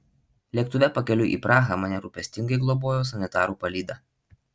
lėktuve pakeliui į prahą mane rūpestingai globojo sanitarų palyda